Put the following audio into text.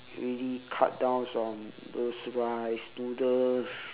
really cut downs on those rice noodles